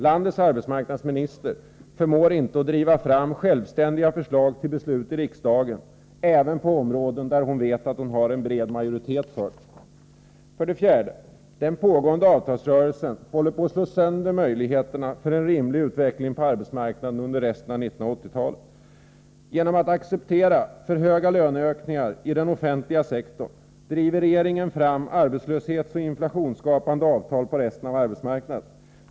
Landets arbetsmarknadsminister förmår inte att driva fram självständiga förslag till beslut i riksdagen — och det gäller även på områden där hon vet att hon har en bred majoritet för dem. 4. Den pågående avtalsrörelsen håller på att slå sönder möjligheterna till en rimlig utveckling på arbetsmarknaden under resten av 1980-talet. Genom att acceptera för höga löneökningar i den offentliga sektorn driver regeringen fram arbetslöshetsoch inflationsskapande avtal på resten av arbetsmarknaden.